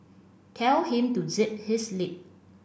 tell him to zip his lip